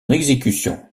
exécution